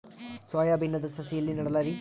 Soya ಬಿನದು ಸಸಿ ಎಲ್ಲಿ ನೆಡಲಿರಿ?